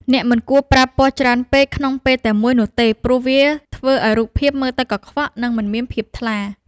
អ្នកមិនគួរប្រើពណ៌ច្រើនពេកក្នុងពេលតែមួយនោះទេព្រោះវាអាចធ្វើឱ្យរូបភាពមើលទៅកខ្វក់ ឬ មិនមានភាពថ្លា។